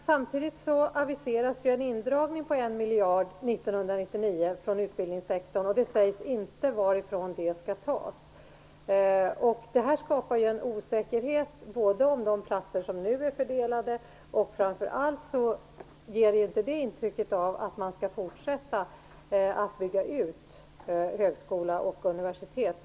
Samtidigt aviseras dock en indragning om 1 miljard för utbildningssektorn 1999, och det sägs inte någonting om varifrån den skall tas. Det här skapar en osäkerhet om de platser som nu är fördelade. Framför allt ger det inte intrycket att man skall fortsätta att bygga ut högskolor och universitet.